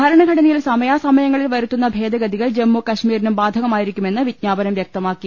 ഭരണഘടനയിൽ സമയാസമയങ്ങളിൽ വരുത്തുന്ന ഭേദ ഗതികൾ ജമ്മുകശ്മീരിനും ബാധകമായിരിക്കുമെന്ന് വിജ്ഞാ പനം വൃക്തമാക്കി